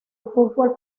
fútbol